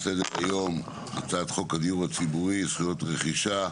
על סדר היום הצעת חוק הדיור הציבורי (זכויות רכישה)